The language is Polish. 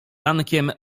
rankiem